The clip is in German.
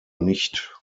nicht